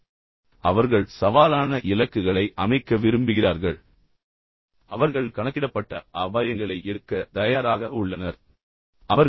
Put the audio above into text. அவர்கள் சாதாரண இலக்குகளால் திருப்தி அடையமாட்டார்கள் ஆனால் அவர்கள் சவாலான இலக்குகளை அமைக்க விரும்புகிறார்கள் அவர்கள் கணக்கிடப்பட்ட அபாயங்களை எடுக்க தயாராக உள்ளனர் அவர்கள் அபாயங்களை அபாயங்களை எடுக்க பயப்படுவதில்லை